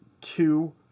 Two